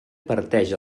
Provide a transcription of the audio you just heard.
parteix